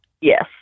Yes